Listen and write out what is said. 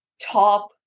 top